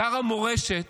שר המורשת,